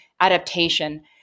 adaptation